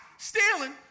Stealing